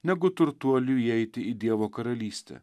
negu turtuoliui įeiti į dievo karalystę